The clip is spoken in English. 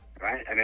right